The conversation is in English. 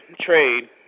trade